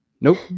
nope